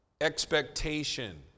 expectation